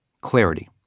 clarity